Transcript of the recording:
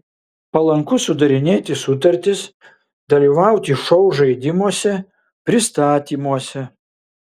palanku sudarinėti sutartis dalyvauti šou žaidimuose pristatymuose